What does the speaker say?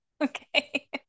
Okay